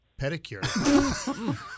pedicure